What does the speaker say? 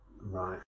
Right